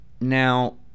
now